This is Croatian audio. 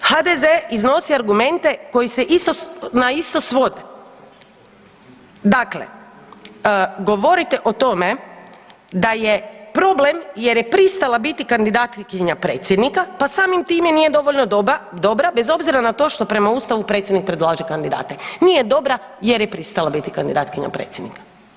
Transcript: HDZ iznosi argumente koji se na isto svode dakle, govorite o tome da je problem jer je pristala biti kandidatkinja predsjednika pa samim time nije dovoljno dobra, bez obzira na to što prema Ustavu predsjednik predlaže kandidate, nije dobra jer je pristala biti kandidatkinja predsjednika.